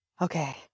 okay